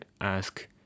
ask